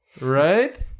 Right